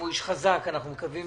הוא איש חזק ואנחנו מקווים